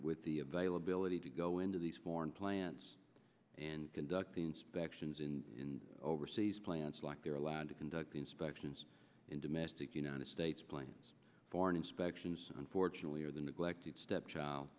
with the availability to go into these foreign plants and conduct inspections in overseas plants like they're allowed to conduct inspections in domestic united states planes foreign inspections unfortunately are the neglected stepchild